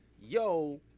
yo